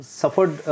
suffered